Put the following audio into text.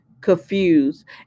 confused